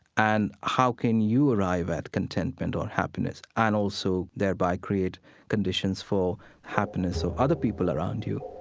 and how can you arrive at contentment or happiness, and also, thereby, create conditions for happiness of other people around you?